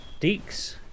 Deeks